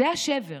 זה השבר,